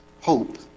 hope